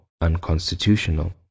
unconstitutional